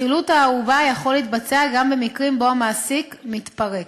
חילוט הערובה יכול להתבצע גם במקרה שהמעסיק מתפרק.